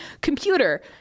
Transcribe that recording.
Computer